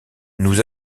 nous